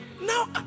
Now